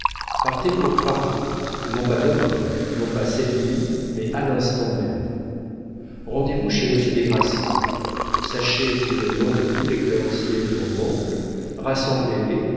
partez pour paris non pas demain non pas cette nuit mais à l'instant même rendez-vous chez monsieur des grassins sachez y le nom de tous les créanciers de mon oncle